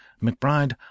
mcbride